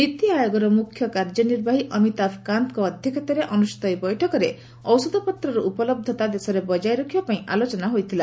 ନୀତି ଆୟୋଗର ମୁଖ୍ୟ କାର୍ଯ୍ୟ ନିର୍ବାହୀ ଅମିତାଭ କାନ୍ତଙ୍କ ଅଧ୍ୟକ୍ଷତାରେ ଅନୁଷ୍ଠିତ ଏହି ବୈଠକରେ ଔଷଧପତ୍ରର ଉପଲବ୍ଧତା ଦେଶରେ ବଜାୟ ରଖିବା ପାଇଁ ଆଲୋଚନା ହୋଇଥିଲା